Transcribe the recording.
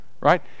right